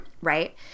Right